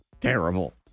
terrible